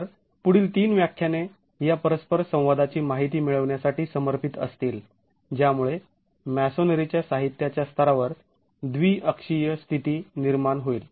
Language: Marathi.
तर पुढील तीन व्याख्याने या परस्पर संवादाची माहिती मिळवण्यासाठी समर्पित असतील ज्यामुळे मॅसोनरीच्या साहित्याच्या स्तरावर द्विअक्षीय स्थिती निर्माण होईल